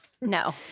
No